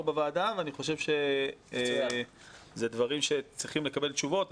בוועדה ואלה דברים שצריכים לקבל עליהם תשובות,